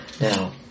Now